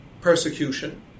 persecution